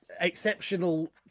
exceptional